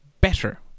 better